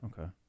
Okay